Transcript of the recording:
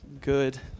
Good